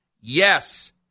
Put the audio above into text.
Yes